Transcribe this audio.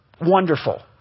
Wonderful